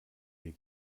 ihr